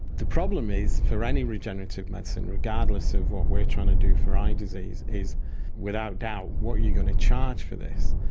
the problem is for any regenerative medicine, regardless of what we're trying to do for eye disease, is without doubt what are you going to charge for this?